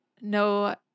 no